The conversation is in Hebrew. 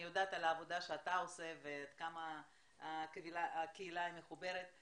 אני יודעת על העבודה שאתה עושה וכמה הקהילה מחוברת.